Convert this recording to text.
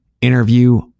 interview